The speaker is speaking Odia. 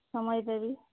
ସମୟ ଦେବି